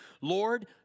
Lord